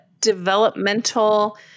Developmental